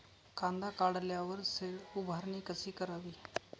कांदा काढल्यावर शेड उभारणी कशी करावी?